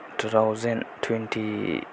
two thousand twenty